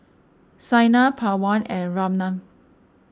Saina Pawan and Ramnath